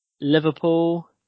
Liverpool